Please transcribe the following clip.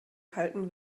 kalten